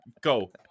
Go